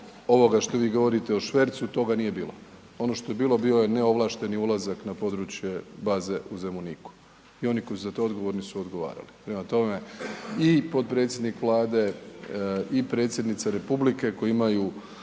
ovoga što vi govorite o švercu, toga nije bilo, ono što je bilo bio je neovlašteni ulazak na područje baze u Zemuniku i oni koji su za to odgovorni su odgovarali. Prema tome i potpredsjednik Vlade, i predsjednica Republike koji imaju